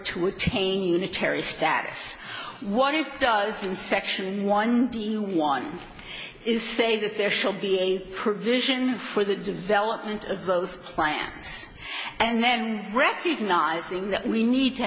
to attain a cherry status what it does in section one to one is say that there shall be a provision for the development of those plants and then recognizing that we need to